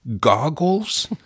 goggles